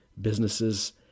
Businesses